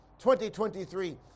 2023